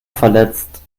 verletzt